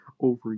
over